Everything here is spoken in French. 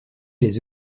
les